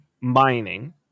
mining